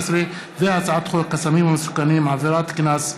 2018, הצעת חוק הסמים המסוכנים (עבירת קנס מיוחדת)